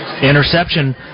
interception